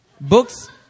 books